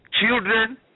Children